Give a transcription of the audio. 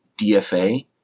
DFA